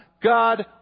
God